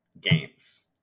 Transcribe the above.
gains